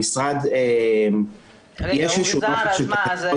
המשרד --- הוחזר אז מה,